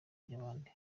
by’abandi